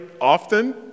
often